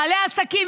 בעלי העסקים,